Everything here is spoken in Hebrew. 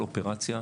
האירוע הזה